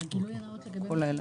מה עם הגילוי הנאות לגבי המכירה?